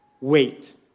Wait